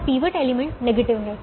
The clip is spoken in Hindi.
यह पिवट एलिमेंट नेगेटिव है